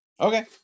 okay